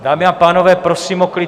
Dámy a pánové, prosím o klid.